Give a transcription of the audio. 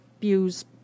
views